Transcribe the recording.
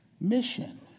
mission